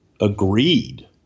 agreed